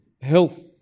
health